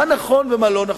מה נכון ומה לא נכון,